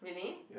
really